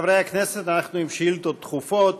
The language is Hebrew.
חברי הכנסת, אנחנו בשאילתות דחופות.